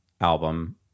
album